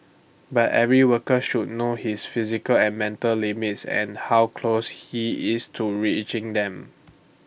but every worker should know his physical and mental limits and how close he is to reaching them